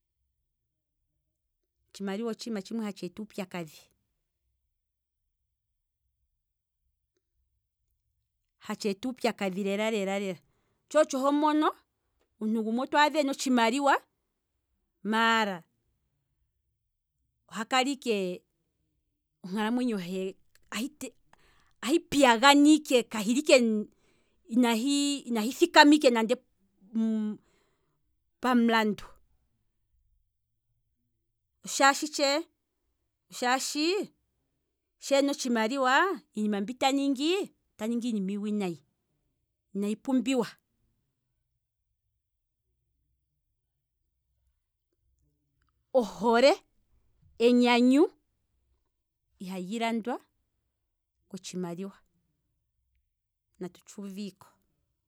Otshimaliwa otshiima tshimwe hatshi eta uupyakadhi, hatshi eta uupyakadhi lela lela, tsho otsho homono, omuntu gumwe otwaadha ena otshimaliwa maala, maala oha kala ike, onkalamwenyo he ahi piya gana ike kahili ike inahi thikama ike nande pamulandu, oshaashi tshee, shaashi sheena otshimaliwa iinima mbi taningi, ota ningi iinima iiwinayi inayi pumbiwa, ohole, enyanyu, ihali landwa kotshimaliwa natu tshuuviko.